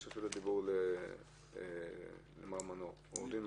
רשות הדיבור לעו"ד מנור.